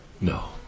No